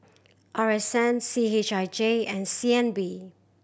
R S N C H I J and C N B